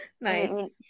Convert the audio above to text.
Nice